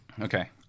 Okay